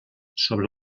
sobre